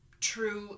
true